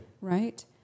Right